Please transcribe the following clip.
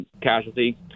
casualty